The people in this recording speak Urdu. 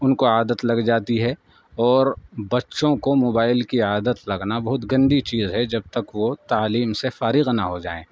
ان کو عادت لگ جاتی ہے اور بچوں کو موبائل کی عادت لگنا بہت گندی چیز ہے جب تک وہ تعلیم سے فارغ نہ ہو جائیں